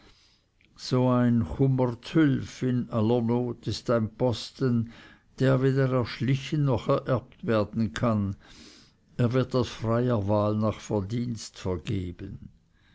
so ein chumm mr zhülf in aller not ist ein posten der weder erschlichen noch ererbt werden kann er wird aus freier wahl nach verdienst vergeben